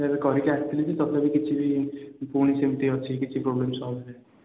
କହିକି ଆସିଥିଲି ତଥାପି କିଛି ବି ପୁଣି ସେମିତି ଅଛି କିଛି ପ୍ରୋବ୍ଲେମ୍ ସଲ୍ଭ ହେଇନି